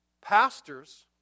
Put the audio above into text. Pastors